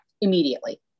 immediately